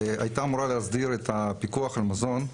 הייתה אמורה להסדיר את הפיקוח על מזון,